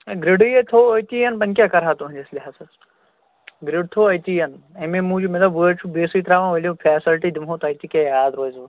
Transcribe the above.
ہے گِرٛڈٕے یے تھوٚو أتی یَن وۄنۍ کیٛاہ کَرٕہا تُہُنٛدِس لِحاظَس گِرٛڈ تھوٚو أتی یَن اَمے موٗجوٗب مےٚ دوٚپ ووٹ چھِو بیٚسٕے ترٛاون ؤلِو فیسلٹی دِمو تۄہہِ تہِ کیٛاہ یاد روزِوُ